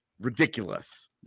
ridiculous